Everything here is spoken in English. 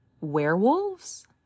werewolves